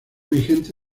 vigente